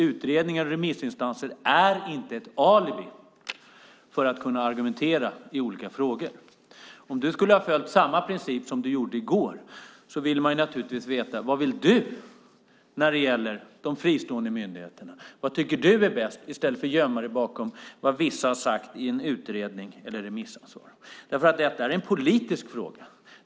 Utredningar och remissinstanser är dock inte ett alibi för att kunna argumentera i olika frågor. Beatrice Ask, om du skulle ha följt samma princip som du gjorde i går vill man naturligtvis veta vad du vill när det gäller de fristående myndigheterna och vad du tycker är bäst i stället för att du gömmer dig bakom vad vissa har sagt i en utredning eller ett remissvar. Detta är nämligen en politisk fråga.